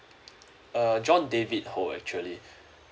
uh john david ho actually